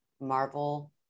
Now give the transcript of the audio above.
Marvel